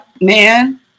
man